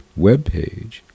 webpage